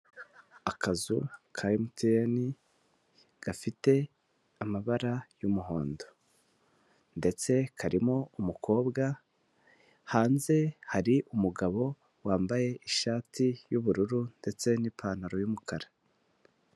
Akazu ka Emutiyeni gafite amabara y'umuhondo, ndetse karimo umukobwa, hanze hari umugabo wambaye ishati y'ubururu ndetse n'ipantaro y'umukara.